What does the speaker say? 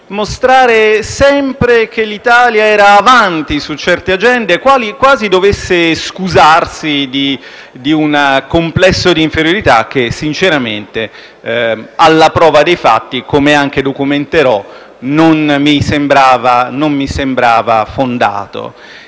mostrare sempre che l'Italia era avanti su certe agende, quasi dovesse scusarsi di un complesso di inferiorità che, sinceramente, alla prova dei fatti, come anche documenterò, non mi sembrava fondato.